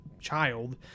child